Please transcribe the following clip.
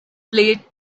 played